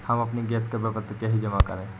हम अपने गैस का विपत्र कैसे जमा करें?